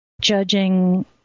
judging